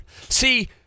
See